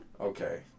okay